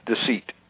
deceit